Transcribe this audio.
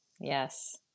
Yes